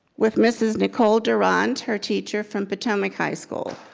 with mrs. nicole durant, her teacher from potomac high school.